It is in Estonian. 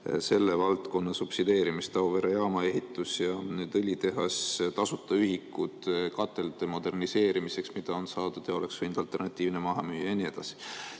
selle valdkonna subsideerimist: Auvere jaama ehitus ja õlitehas, tasuta ühikud katelde moderniseerimiseks, mida on saadud ja mis oleks võinud alternatiivina maha müüa, ja nii edasi.